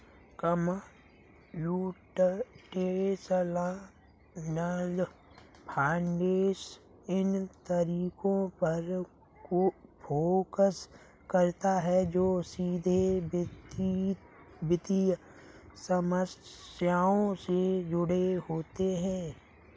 computational finance इन तरीकों पर फोकस करता है जो सीधे वित्तीय समस्याओं से जुड़े होते हैं